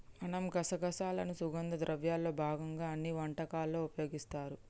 మనం గసగసాలను సుగంధ ద్రవ్యాల్లో భాగంగా అన్ని వంటకాలలో ఉపయోగిస్తారు